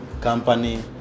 company